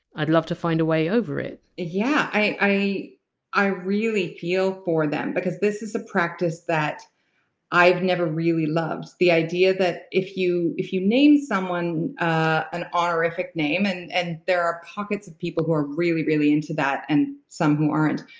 i'd love to find a way over it! yeah plus i really feel for them, because this is a practice that i've never really loved, the idea that if you if you name someone an honorific name and and there are pockets of people who are really really into that and some who aren't.